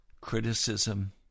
criticism